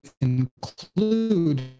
include